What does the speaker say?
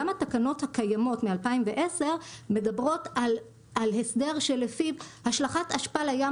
גם התקנות הקיימות מ-2010 מדברות על הסדר שלפיו השלכת אשפה לים